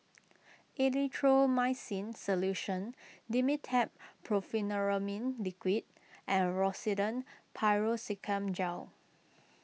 Erythroymycin Solution Dimetapp Brompheniramine Liquid and Rosiden Piroxicam Gel